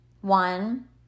One